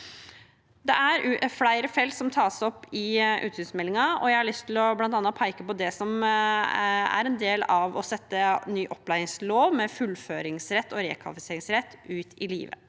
Det er flere felt som tas opp i utsynsmeldingen, og jeg har bl.a. lyst til å peke på det som er en del av det å sette ny opplæringslov med fullføringsrett og rekvalifiseringsrett ut i livet.